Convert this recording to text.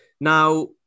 Now